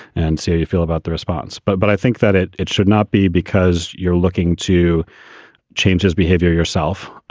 and so you feel about the response but but i think that it it should not be because you're looking to change his behavior yourself.